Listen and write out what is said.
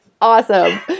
Awesome